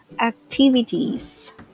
activities